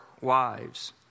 wives